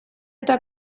eta